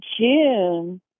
June